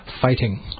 fighting